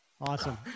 Awesome